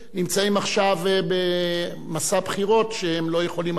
נמצאים עכשיו במסע בחירות שהם לא יכולים היו